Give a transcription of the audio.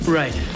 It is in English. right